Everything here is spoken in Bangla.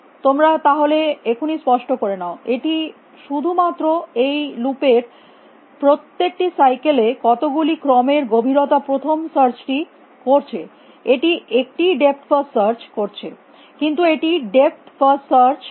তোমরা তাহলে এখনি স্পষ্ট করে নাও এটি শুধুমাত্র এই লুপ এর প্রত্যেকটি সাইকেল এ কতগুলি ক্রমের গভীরতা প্রথম সার্চ টি করছে এটি একটিই ডেপথ ফার্স্ট সার্চ করছে কিন্তু এটি ডেপথ ফার্স্ট সার্চ করছে